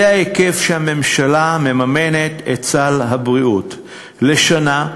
זה ההיקף שבו הממשלה מממנת את סל הבריאות לשנה,